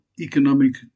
economic